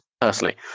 personally